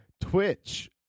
Twitch